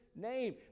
name